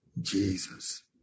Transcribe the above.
Jesus